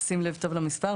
שים לב טוב למספר,